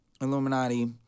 Illuminati